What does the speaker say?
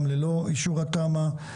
גם ללא אישור התמ"א,